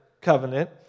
covenant